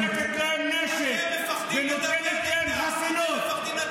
אופיר, נותנת חסינות לפושעים.